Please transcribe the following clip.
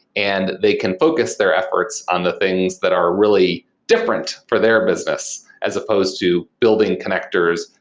and they can focus their efforts on the things that are really different for their business as supposed to building connectors,